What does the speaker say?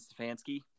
Stefanski